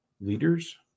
leaders